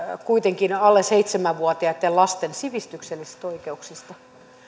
kuitenkin alle seitsemän vuotiaitten lasten sivistyksellisistä oikeuksista